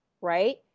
right